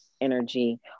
energy